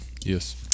Yes